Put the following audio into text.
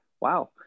Wow